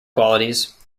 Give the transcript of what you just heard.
qualities